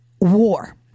war